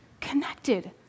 connected